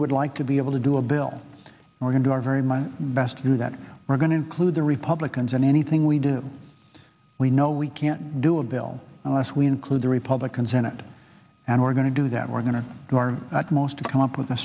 would like to be able to do a bill or going to our very my best to do that we're going to include the republicans and anything we do we know we can't do a bill unless we include the republican senate and we're going to do that we're going to do our utmost come up with a